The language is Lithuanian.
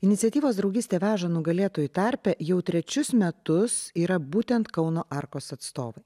iniciatyvos draugystė veža nugalėtojų tarpe jau trečius metus yra būtent kauno arkos atstovai